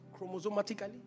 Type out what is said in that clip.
chromosomatically